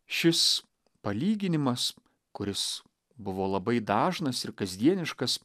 šis palyginimas kuris buvo labai dažnas ir kasdieniškas